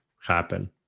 happen